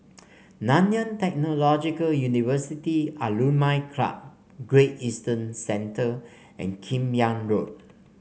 Nanyang Technological University Alumni Club Great Eastern Centre and Kim Yam Road